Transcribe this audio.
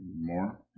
More